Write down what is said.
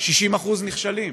60% נכשלים.